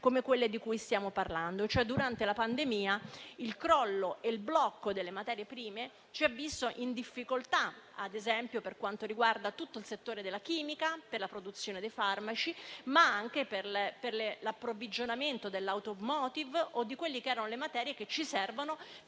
come quelle di cui stiamo parlando. Durante la pandemia, il crollo e il blocco delle materie prime ci hanno visto in difficoltà, ad esempio per quanto riguarda tutto il settore della chimica, per la produzione dei farmaci, ma anche per l'approvvigionamento dell'*automotive* o delle materie che ci servono